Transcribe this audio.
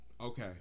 Okay